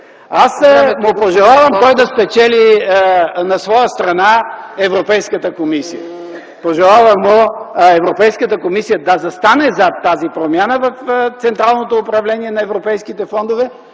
бързо. Пожелавам му да спечели на своя страна Европейската комисия! Пожелавам му Европейската комисия да застане зад тази промяна в централното управление на европейските фондове,